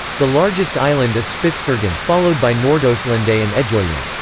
the largest island is spitsbergen, followed by nordaustlandet and edgeoya.